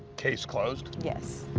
case closed? yes.